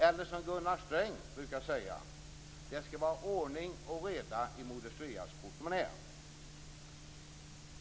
Eller som Gunnar Sträng brukade säga: Det skall vara ordning och reda i moder Sveas portmonnä.